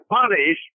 punish